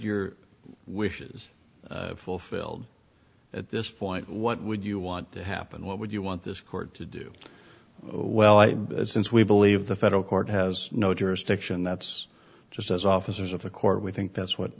your wishes fulfilled at this point what would you want to happen what would you want this court to do well if since we believe the federal court has no jurisdiction that's just as officers of the court we think that's what